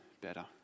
better